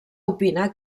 opina